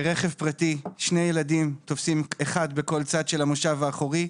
ברכב פרטי שני ילדים תופסים אחד בכל צד של המושב האחורי,